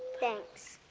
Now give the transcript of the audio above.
thanks.